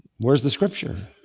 where's the scripture?